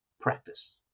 practice